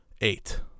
eight